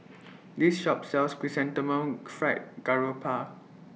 This Shop sells Chrysanthemum Fried Garoupa